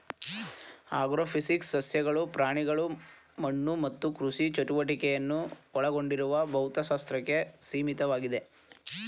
agrophysics ಸಸ್ಯಗಳು ಪ್ರಾಣಿಗಳು ಮಣ್ಣು ಮತ್ತು ಕೃಷಿ ಚಟುವಟಿಕೆಯನ್ನು ಒಳಗೊಂಡಿರುವ ಭೌತಶಾಸ್ತ್ರಕ್ಕೆ ಸೀಮಿತವಾಗಿದೆ